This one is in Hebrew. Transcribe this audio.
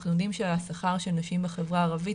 ואנחנו יודעים שהשכר של נשים בחברה הערבית